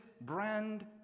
brand